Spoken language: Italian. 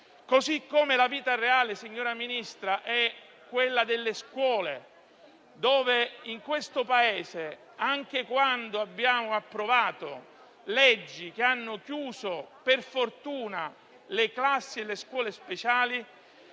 Così come la vita reale, signora Ministra, è quella delle scuole. Ricordo che in questo Paese, anche quando abbiamo approvato leggi che hanno chiuso, per fortuna, classi e scuole speciali,